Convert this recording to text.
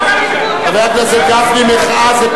חבר הכנסת גפני, מחאה, רק הליכוד יכול.